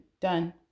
done